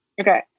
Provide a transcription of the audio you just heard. Okay